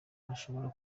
ashobora